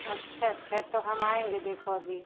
अच्छा अच्छा तो हम आएँगे देखो अभी